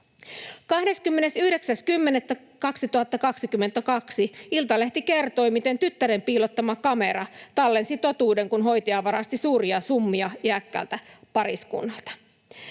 29.10.2022 Iltalehti kertoi, miten tyttären piilottama kamera tallensi totuuden, kun hoitaja varasti suuria summia iäkkäältä pariskunnalta.